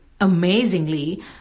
amazingly